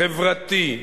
חברתי.